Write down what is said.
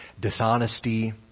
dishonesty